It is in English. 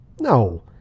No